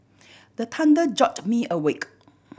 the thunder jolt me awake